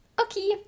okay